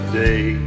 day